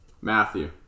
Matthew